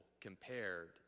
compared